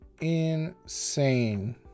insane